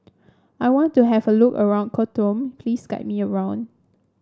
I want to have a look around Khartoum please guide me around